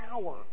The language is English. power